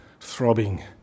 throbbing